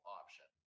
option